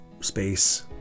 space